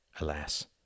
alas